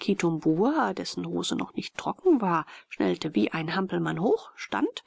kitumbua dessen hose noch nicht trocken war schnellte wie ein hampelmann hoch stand